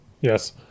Yes